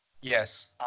Yes